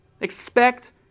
Expect